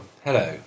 Hello